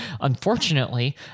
Unfortunately